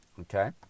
Okay